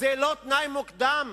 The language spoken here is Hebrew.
זה לא תנאי מוקדם